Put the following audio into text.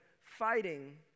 fighting